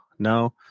no